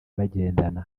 bagendana